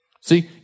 See